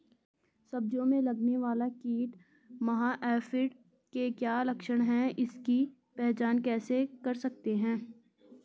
सब्जियों में लगने वाला कीट माह एफिड के क्या लक्षण हैं इसकी पहचान कैसे कर सकते हैं?